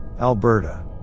Alberta